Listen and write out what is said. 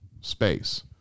space